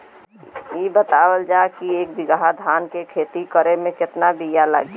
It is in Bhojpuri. इ बतावल जाए के एक बिघा धान के खेती करेमे कितना बिया लागि?